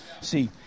see